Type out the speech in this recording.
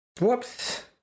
Whoops